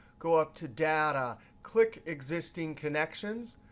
go up to data, click existing connections.